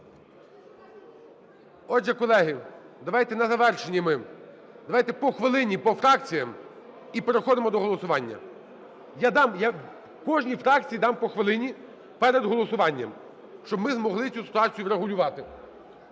Отже, колеги, давайте на завершення ми, давайте по хвилині по фракціях і переходимо до голосування. Я дам, я кожній фракції дам по хвилині перед голосуванням, щоб ми змогли цю ситуацію врегулювати.